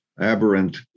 aberrant